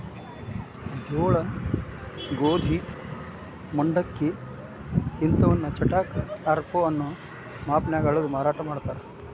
ಜೋಳ, ಗೋಧಿ, ಮಂಡಕ್ಕಿ ಇಂತವನ್ನ ಚಟಾಕ, ಆರಪೌ ಅನ್ನೋ ಮಾಪನ್ಯಾಗ ಅಳದು ಮಾರಾಟ ಮಾಡ್ತಾರ